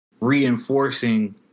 reinforcing